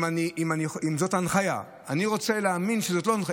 אם זאת ההנחיה, אני רוצה להאמין שזאת לא ההנחיה.